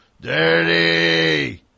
Dirty